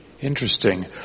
Interesting